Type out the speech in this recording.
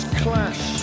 clash